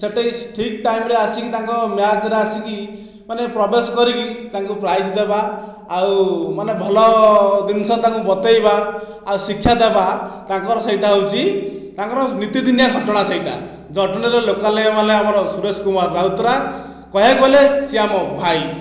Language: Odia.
ସେଠି ଠିକ୍ ଟାଇମ୍ରେ ଆସିକି ତାଙ୍କ ମ୍ୟାଚ୍ରେ ଆସିକି ମାନେ ପ୍ରବେଶ କରିକି ତାଙ୍କୁ ପ୍ରାଇଜ୍ ଦେବା ଆଉ ମାନେ ଭଲ ଜିନିଷ ତାଙ୍କୁ ବତାଇବା ଆଉ ଶିକ୍ଷା ଦେବା ତାଙ୍କର ସେଇଟା ହେଉଛି ତାଙ୍କର ନିତିଦିନିଆ ଘଟଣା ସେଇଟା ଜଟଣୀରେ ଲୋକାଲ ଏମ୍ଏଲ୍ଏ ଆମର ସୁରେଶ କୁମାର ରାଉତରାୟ କହିବାକୁ ଗଲେ ସେ ଆମ ଭାଇ